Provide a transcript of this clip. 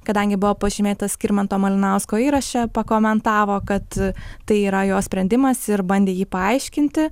kadangi buvo pažymėtas skirmanto malinausko įraše pakomentavo kad tai yra jo sprendimas ir bandė jį paaiškinti